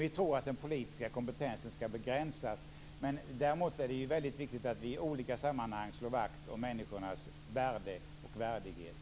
Vi tror att den politiska kompetensen skall begränsas. Däremot är det väldigt viktigt att vi i olika sammanhang slår vakt om människornas värde och värdighet.